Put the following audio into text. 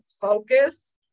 focus